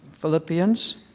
Philippians